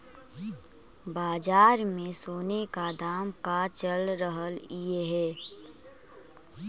बाजार में सोने का दाम का चल रहलइ हे